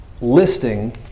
Listing